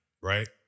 right